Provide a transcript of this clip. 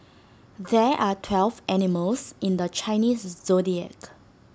there are twelve animals in the Chinese Zodiac